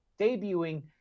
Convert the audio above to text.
debuting